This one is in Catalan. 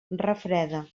refreda